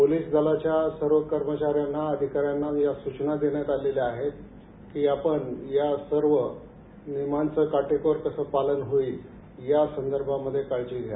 police दलाच्या सर्व कर्मचाऱ्यांना अधिकाऱ्यांना या सूचना देण्यात आलेल्या आहेत की आपण या सर्व नियमांच कोटेकोर कसं पालन होईल या संदर्भामध्ये काळजी घ्या